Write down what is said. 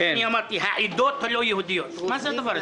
וזאת הייתה ההערה שלי: "העדות הלא יהודיות" מה הוא הדבר הזה?